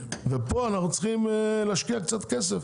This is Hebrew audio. ופה אנחנו צריכים להשקיע קצת כסף,